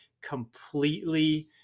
completely